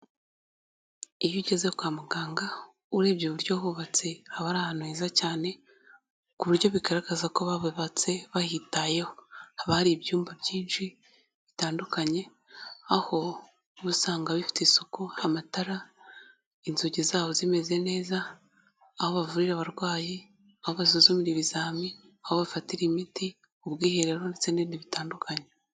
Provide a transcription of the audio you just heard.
Iyo ugeze kwa muganga, urebye uburyo hubatse, aba ari ahantu heza cyane, ku buryo bigaragaza ko bahutse babyitayeho, haba hari ibyumba byinshi bitandukanye, aho uba usanga bifite isuku, amatara, inzugi zaho zimeze neza, aho bavurira abarwayi, aho babasuzumira ibizami, aho bafatira imiti, ubwiherero ndetse n'ibindi bitandukanye.